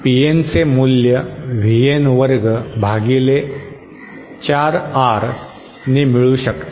PN चे मूल्य VN वर्ग भागिले 4R ने मिळू शकते